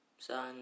Son